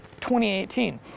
2018